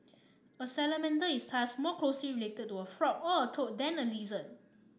a salamander is thus more closely related to a frog or a toad than a lizard